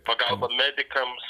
pagalba medikams